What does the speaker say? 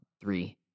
three